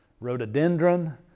rhododendron